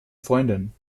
freunden